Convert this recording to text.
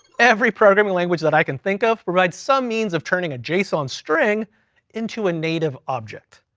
every programming language that i can think of provide some means of turning a json string into a native object.